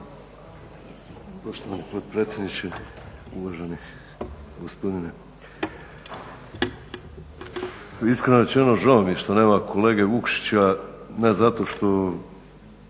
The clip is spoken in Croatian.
Poštovani potpredsjedniče, uvaženi gospodine. Iskreno rečeno, žao mi je što nema kolege Vukšića, ne zato što